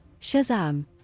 Shazam